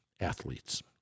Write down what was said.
athletes